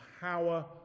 power